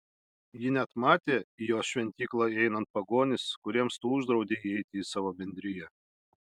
ji net matė į jos šventyklą įeinant pagonis kuriems tu uždraudei įeiti į savo bendriją